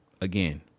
Again